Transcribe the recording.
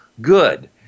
good